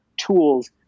tools